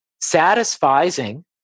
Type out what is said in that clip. satisfying